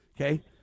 Okay